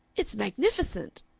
it's magnificent!